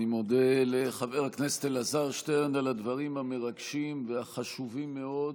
אני מודה לחבר הכנסת אלעזר שטרן על הדברים המרגשים והחשובים מאוד,